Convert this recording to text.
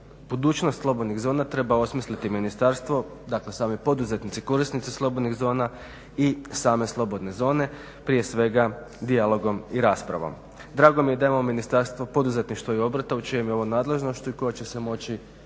budućnost slobodnih zona treba osmisliti Ministarstvo dakle sami poduzetnici, korisnici slobodnih zona i same slobodne zone prije svega dijalogom i raspravom. Drago mi je da je ovo Ministarstvo poduzetništva i obrta u čijem je ovo nadležnošću i koje će se moći